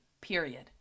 period